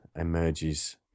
emerges